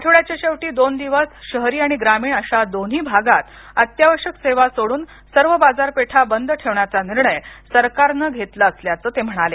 आठवड्याच्या शेवटी दोन दिवस शहरी आणि ग्रामीण आशा दोन्ही भागात अत्यावश्यक सेवा सोडून सर्व बाजारपेठा बंद ठेवण्याचा निर्णय सरकारने घेतला असल्याचं ते म्हणाले